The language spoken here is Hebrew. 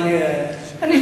לא לא, מה זה "תצביע אי-אמון"?